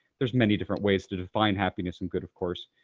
there's many different ways to define happiness and good, of course.